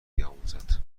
بیاموزند